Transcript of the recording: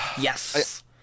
yes